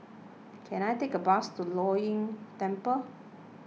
can I take a bus to Lei Yin Temple